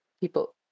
People